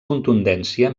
contundència